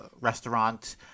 restaurant